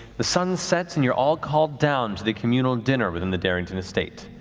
the sun sets and you're all called down to the communal dinner within the darrington estate.